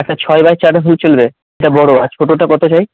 একটা ছয় বাই চার হলে চলবে এটা বড় আর ছোটটা কত চাই